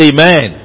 Amen